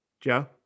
joe